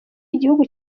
igihugu